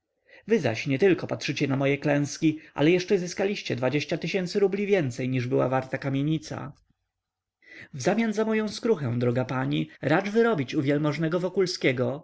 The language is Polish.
wy zaś nietylko patrzycie na moje klęski ale jeszcze zyskaliście tysięcy rubli więcej niż była warta kamienica wzamian za moję skruchę droga pani racz wyrobić